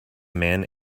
man